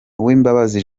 uwimbabazi